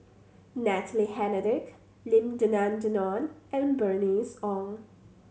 Natalie Hennedige Lim Denan Denon and Bernice Ong